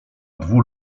dwu